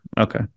Okay